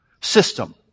system